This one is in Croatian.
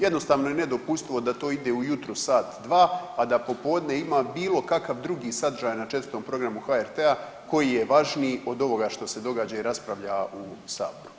Jednostavno je nedopustivo da to ide ujutro sat, dva, a da popodne ima bilo kakav drugi sadržaj na 4 programu HRT-a koji je važniji od ovoga što se događa i raspravlja u saboru.